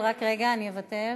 רק רגע, אני אבטל.